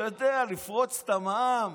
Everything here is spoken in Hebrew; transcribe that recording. אתה יודע, לפרוץ את המע"מ?